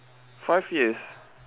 five years